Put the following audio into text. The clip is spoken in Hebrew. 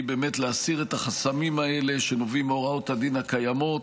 היא באמת להסיר את החסמים האלה שנובעים מהוראות הדין הקיימות